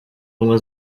ubumwe